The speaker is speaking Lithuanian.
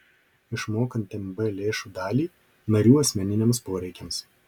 išmokant mb lėšų dalį narių asmeniniams poreikiams